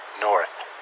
north